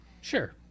Sure